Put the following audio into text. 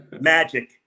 Magic